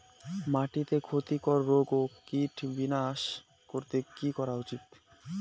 মাটিতে ক্ষতি কর রোগ ও কীট বিনাশ করতে কি করা উচিৎ?